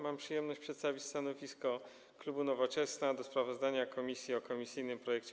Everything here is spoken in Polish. Mam przyjemność przedstawić stanowisko klubu Nowoczesna wobec sprawozdania komisji o komisyjnym projekcie